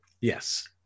Yes